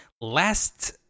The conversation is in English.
last